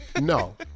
No